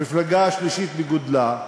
המפלגה השלישית בגודלה,